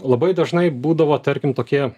labai dažnai būdavo tarkim tokie